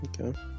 Okay